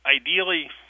ideally